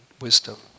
wisdom